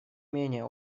менее